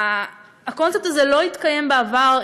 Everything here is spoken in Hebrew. הקונספט הזה לא התקיים בעבר,